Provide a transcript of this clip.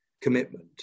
commitment